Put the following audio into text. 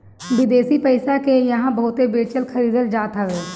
विदेशी पईसा के इहां बहुते बेचल खरीदल जात हवे